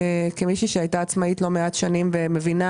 כמי שהייתה עצמאית לא מעט שנים ומבינה